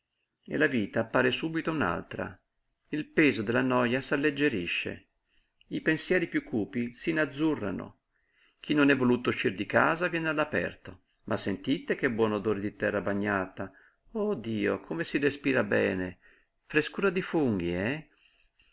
e la vita appare subito un'altra il peso della noja s'alleggerisce i pensieri piú cupi s'inazzurrano chi non è voluto uscir di casa viene all'aperto ma sentite che buon odore di terra bagnata oh dio come si respira bene frescura di funghi eh e